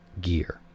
gear